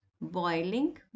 boiling